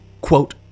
quote